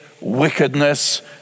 wickedness